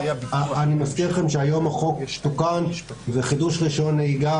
אני מזכיר לכם שהיום החוק תוקן וחידוש רישיון נהיגה